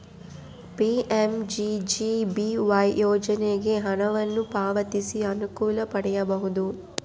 PMJJBY ಯೋಜನೆಗೆ ಹಣವನ್ನು ಪಾವತಿಸಿ ಅನುಕೂಲ ಪಡೆಯಬಹುದು